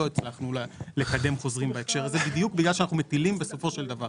לא הצלחנו לקדם בגלל שאנחנו מטילים בסופו של דבר